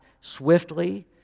swiftly